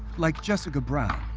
like jessica brown,